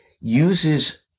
uses